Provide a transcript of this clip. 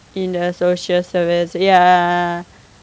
in the social service ya